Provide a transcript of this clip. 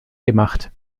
gemacht